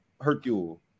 Hercule